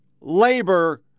labor